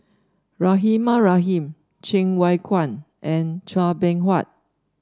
Rahimah Rahim Cheng Wai Keung and Chua Beng Huat